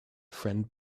friend